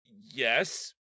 yes